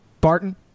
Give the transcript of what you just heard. Barton